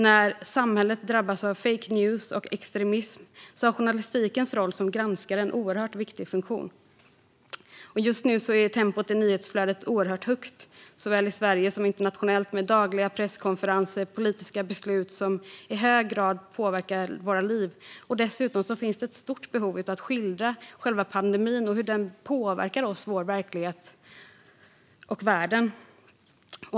När samhället drabbas av fake news och extremism har journalistikens roll som granskare en oerhört viktig funktion. Just nu är tempot i nyhetsflödet högt, såväl i Sverige som internationellt, med dagliga presskonferenser och politiska beslut som i hög grad påverkar våra liv. Dessutom finns ett stort behov av att skildra själva pandemin och hur den påverkar oss, vår verklighet och världen.